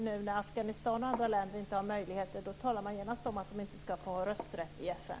Nu när Afghanistan och andra länder inte har möjlighet att betala talas det genast om att de inte ska få ha rösträtt i FN.